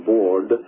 Board